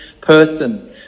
Person